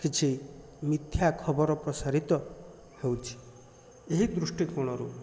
କିଛି ମିଥ୍ୟା ଖବର ପ୍ରସାରିତ ହେଉଛି ଏହି ଦୃଷ୍ଟିକୋଣରୁ